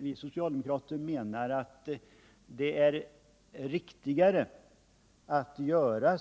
Vi socialdemokrater menar att det är riktigare att göra